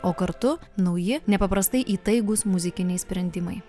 o kartu nauji nepaprastai įtaigūs muzikiniai sprendimai